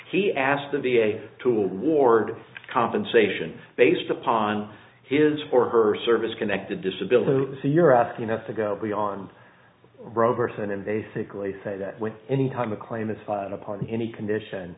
he asked the v a tool reward compensation based upon his or her service connected disability so you're asking us to go on robertson and basically say that with any time a claim it's fallen apart in any condition